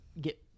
get